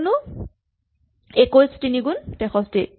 কিয়নো ২১ ৩ গুণ ৬৩